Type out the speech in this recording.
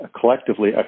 collectively